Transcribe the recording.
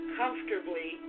comfortably